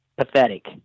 pathetic